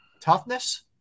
toughness